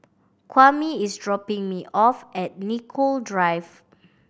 Kwame is dropping me off at Nicoll Drive